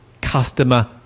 customer